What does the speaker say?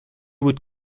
would